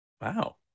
wow